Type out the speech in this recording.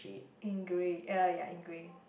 in grey ya ya in grey